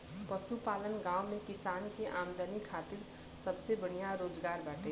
पशुपालन गांव में किसान के आमदनी खातिर सबसे बढ़िया रोजगार बाटे